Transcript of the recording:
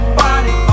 body